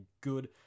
good